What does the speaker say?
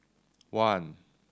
one